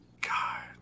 God